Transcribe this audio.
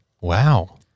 Wow